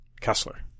Kessler